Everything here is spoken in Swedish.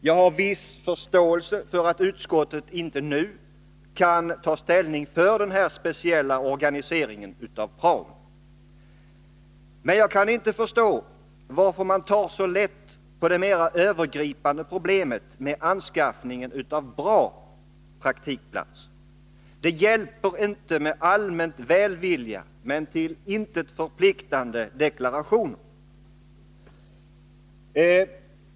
Jag har viss förståelse för att utskottet inte nu kan ta ställning för denna speciella organisering av praon. Men jag kan inte förstå varför man tar så lätt på det mer övergripande problemet med anskaffningen av bra praktikplatser. Det hjälper inte med allmän välvilja och till intet förpliktande deklarationer.